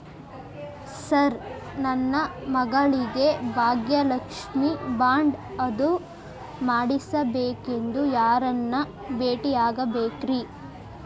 Sir ನನ್ನ ಮಗಳಿಗೆ Bhagyalakshmi bond ಅದು ಮಾಡಿಸಬೇಕೆಂದು ಯಾರನ್ನ ಭೇಟಿಯಾಗಬೇಕ್ರಿ?